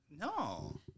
No